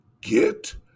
Get